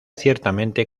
ciertamente